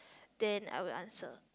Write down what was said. then I will answer